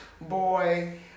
boy